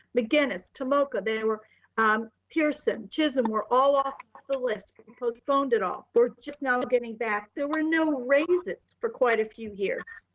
mcginnis tomoka. they were um pearson chisholm were all off the list, postponed at all. we're just now getting back. there were no raises for quite a few years.